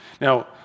Now